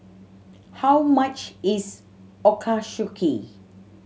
how much is Ochazuke